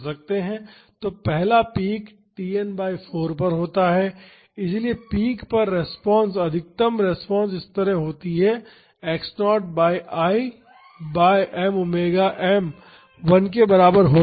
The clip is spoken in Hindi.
तो पहला पीक Tn बाई 4 पर होता है इसलिए पीक पर रिस्पांस अधिकतम रिस्पांस इस तरह होती है x 0 by I by m omega m1 के बराबर होता है